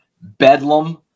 Bedlam